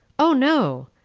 o no!